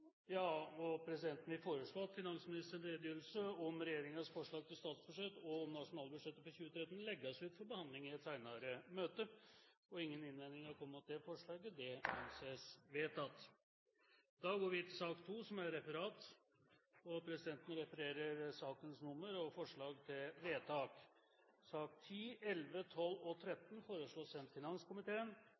finansministerens redegjørelse om regjeringens forslag til statsbudsjett og om nasjonalbudsjettet for 2013 legges ut for behandling i et senere møte. – Ingen innvendinger er kommet mot dette forslaget, og det anses vedtatt.